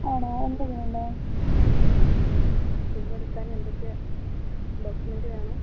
ആണോ എന്താ വേണ്ടത് സിം എടുക്കാൻ എന്തൊക്കെ ഡോക്യൂമെൻറ് വേണം